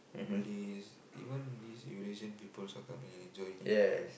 Malays even these Eurasian people also coming and enjoying it